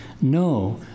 No